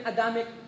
Adamic